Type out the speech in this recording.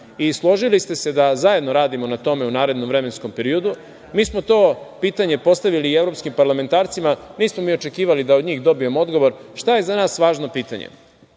Složili ste se da zajedno radimo na tome u narednom vremenskom periodu. Mi smo to pitanje postavili i evropskim parlamentarcima, ali nismo mi očekivali da od njih dobijemo odgovor. Naime, šta je za nas važno pitanje? Za